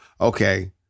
okay